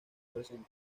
presente